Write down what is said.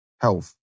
health